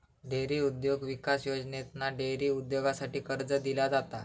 dairy उद्योग विकास योजनेतना डेअरी उद्योगासाठी कर्ज दिला जाता